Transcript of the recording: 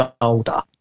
older